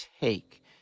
take